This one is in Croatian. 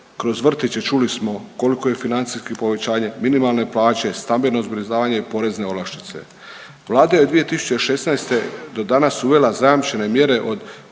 kroz vrtiće, čuli smo koliko je financijski povećanje minimalne plaće, stambeno zbrinjavanje i porezne olakšice. Vlada je 2016. do danas uvela zajamčene mjere od